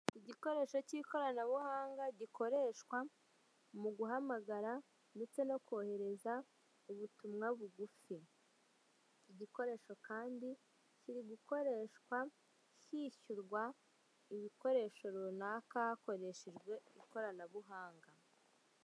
Igikoresho k'ikoranabuhanga gikorehwa mu guhamagara ndetse no kohereza ubutumwa bugufi, iki gikoresho kandi kiri gukoreshwa hishyurwa ibikoresho runaka hakoreshejwe ikoranabuhanga.